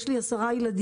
יש לי 10 ילדים,